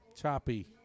Choppy